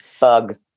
Bug